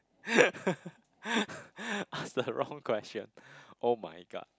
ask the wrong question [oh]-my-god